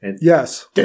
Yes